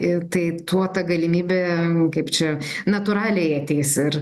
ir taip tuo ta galimybė kaip čia natūraliai ateis ir